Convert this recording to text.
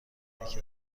تاریک